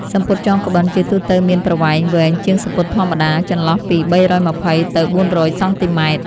សំពត់ចងក្បិនជាទូទៅមានប្រវែងវែងជាងសំពត់ធម្មតា ចន្លោះពី ៣២០ ទៅ ៤០០ សង់ទីម៉ែត្រ។